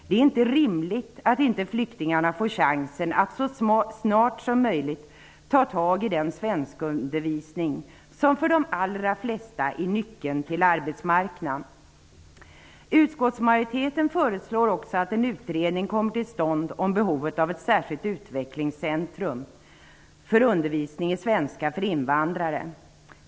Det är inte rimligt att flyktingarna inte får chansen att så snart som möjligt ta tag i den svenskundervisning som för de allra flesta är nyckeln till arbetsmarknaden. Utskottsmajoriteten föreslår också att en utredning kommer till stånd om behovet av ett särskilt utvecklingscentrum för undervisning i svenska för invandrare.